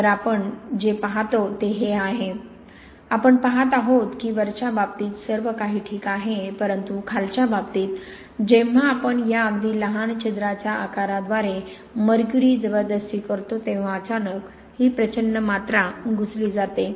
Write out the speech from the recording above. तर आपण जे पाहतो ते हे आहे आपण पहात आहात की वरच्या बाबतीत सर्व काही ठीक आहे परंतु खालच्या बाबतीत जेव्हा आपण या अगदी लहान छिद्राच्या आकाराद्वारे मर्क्युरी जबरदस्ती करतो तेव्हा अचानक ही प्रचंड मात्रा घुसली जाते